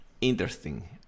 Interesting